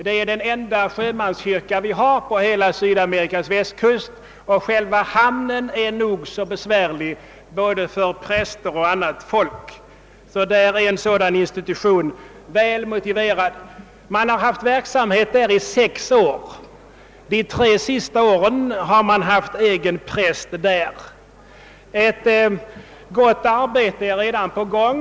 Detta är den enda svenska sjömanskyrkan på hela den sydamerikanska västkusten, och själva hamnen där är nog så besvärlig, både för präster och för annat folk. Där är en sådan institution väl motiverad! Verksamheten har pågått i sex år, under de tre senaste åren med egen präst. Ett gott arbete utförs alltså redan.